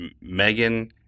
Megan